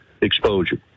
exposure